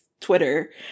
Twitter